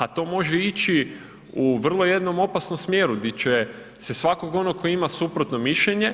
A to može ići u vrlo jednom opasnom smjeru di će se svako onog ko ima suprotno mišljenje